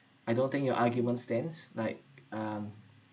I don't think your arguments stance like um